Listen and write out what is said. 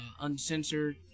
uncensored